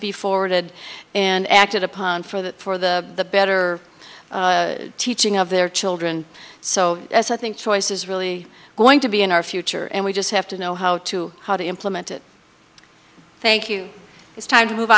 be forwarded and acted upon for that for the better teaching of their children so as i think choice is really going to be in our future and we just have to know how to how to implement it thank you it's time to move